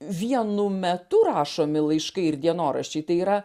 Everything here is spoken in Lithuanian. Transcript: vienu metu rašomi laiškai ir dienoraščiai tai yra